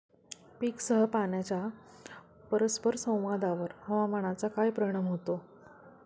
पीकसह पाण्याच्या परस्पर संवादावर हवामानाचा काय परिणाम होतो?